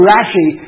Rashi